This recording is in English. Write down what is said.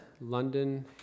London